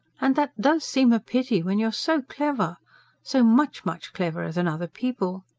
and that does seem a pity, when you are so clever so much, much cleverer than other people!